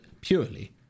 purely